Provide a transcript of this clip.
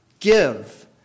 Give